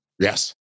Yes